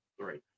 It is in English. three